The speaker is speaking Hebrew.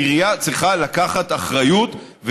העירייה צריכה לקחת אחריות.